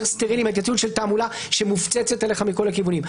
יותר סטרילי מהתעמולה שמופצצת עליך מכל הכיוונים,